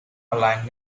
aligned